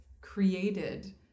created